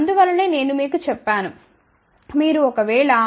అందువలనే నేను మీకు చెప్పాను మీరు ఒక వేళ 0